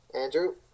Andrew